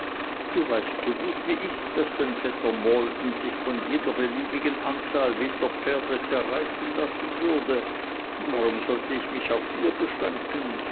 du weißt so gut wie ich daß dein vetter maldon sich von jeder beliebigen anzahl wilder pferde zerreißen lassen würde warum sollte ich mich auf vier beschränken